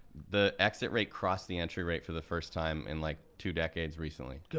the exit rate crossed the entry rate for the first time in like two decades recently.